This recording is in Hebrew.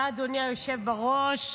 תודה, אדוני היושב בראש.